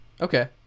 Okay